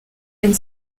and